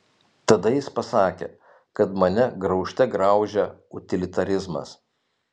tada jis pasakė kad mane graužte graužia utilitarizmas